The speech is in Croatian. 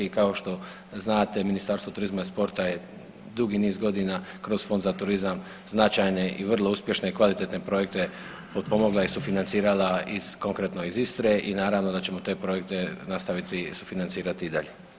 I kao što znate Ministarstvo turizma i sporta je dugi niz godina kroz Fond za turizam značajne i vrlo uspješne i kvalitetne projekte potpomogla i sufinancirala konkretno iz Istre i naravno da ćemo te projekte nastaviti sufinancirati i dalje.